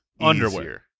Underwear